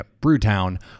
Brewtown